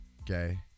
Okay